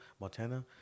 Montana